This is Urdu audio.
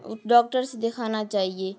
ڈاکٹر سے دکھانا چاہیے